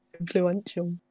influential